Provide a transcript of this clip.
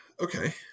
okay